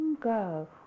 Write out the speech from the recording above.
go